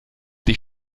die